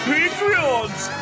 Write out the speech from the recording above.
Patreons